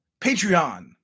Patreon